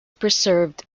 preserved